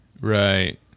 Right